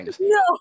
No